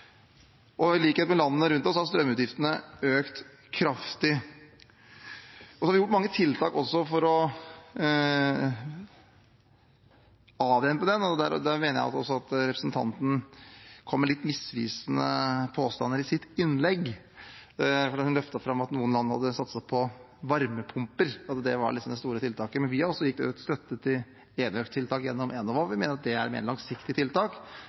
I likhet med landene rundt oss har strømutgiftene økt kraftig. Vi har gjort mange tiltak for å avdempe dem, og der mener jeg at representanten kom med litt misvisende påstander i sitt innlegg, for hun løftet fram at noen land hadde satset på varmepumper, at det liksom var det store tiltaket. Vi har også gitt økt støtte til enøktiltak gjennom Enova, og vi mener det er mer langsiktige tiltak,